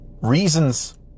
reasons